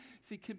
See